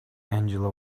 angela